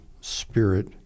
spirit